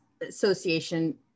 association